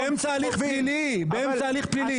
באמצע הליך פלילי, באמצע הליך פלילי.